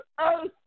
earth